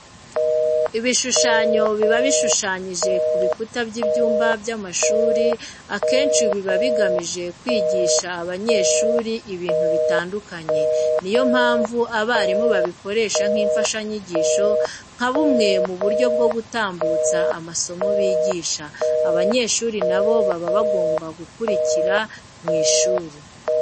Ibishushanyo biba bishushanyije ku bikuta by'ibyumba by'amashuri akenshi biba bigamije kwigisha abanyeshuri ibintu bitandukanye. Ni yo mpamvu abarimu babikoresha nk'imfashanyigisho nka bumwe mu buryo bwo gutambutsamo amasomo bigisha. Abanyeshuri na bo baba bagomba gukurikira mu ishuri.